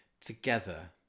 together